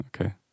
Okay